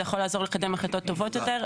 זה יכול לעזור לקדם החלטות טובות יותר,